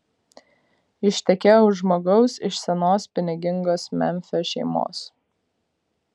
ištekėjo už žmogaus iš senos pinigingos memfio šeimos